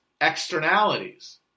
externalities